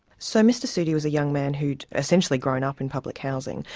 so mr sudi was a young man who'd essentially grown up in public housing,